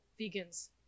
vegans